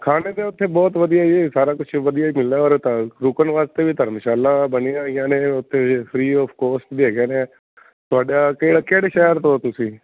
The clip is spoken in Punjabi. ਖਾਣੇ ਤੇ ਉੱਥੇ ਬਹੁਤ ਵਧੀਆ ਜੀ ਸਾਰਾ ਕੁਝ ਵਧੀਆ ਹੀ ਮਿਲਦਾ ਔਰ ਰੁਕਣ ਵਾਸਤੇ ਵੀ ਧਰਮਸ਼ਾਲਾ ਬਣੀ ਹੋਈਆ ਨੇ ਉਥੇ ਫਰੀ ਆਫ ਕੋਸਟ ਵੀ ਹੈਗੇ ਨੇ ਤੁਹਾਡਾ ਕਿਹੜੇ ਸ਼ਹਿਰ ਤੋਂ ਆ ਤੁਸੀਂ